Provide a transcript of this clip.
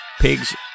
Pigs